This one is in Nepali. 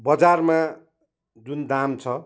बजारमा जुन दाम छ